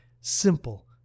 simple